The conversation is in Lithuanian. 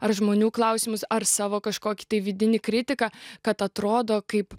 ar žmonių klausimus ar savo kažkokį vidinį kritiką kad atrodo kaip